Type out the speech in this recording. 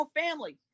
family